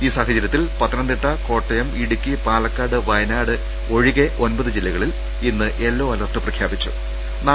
ഈ സാഹചരൃത്തിൽ പത്തനംതിട്ട കോട്ടയം ഇടുക്കി പാലക്കാട് വയനാട് ഒഴികെ ഒൻപത് ജില്ലകളിൽ ഇന്ന് യെല്ലോ അലർട്ട് പ്രഖ്യാപിച്ചിട്ടുണ്ട്